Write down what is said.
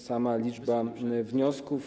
Sama liczba wniosków.